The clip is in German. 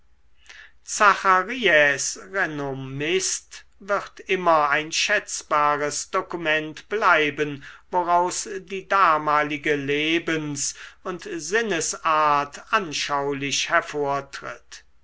zachariäs renommist wird immer ein schätzbares dokument bleiben woraus die damalige lebens und sinnesart anschaulich hervortritt